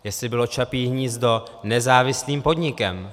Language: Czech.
Jestli bylo Čapí hnízdo nezávislým podnikem.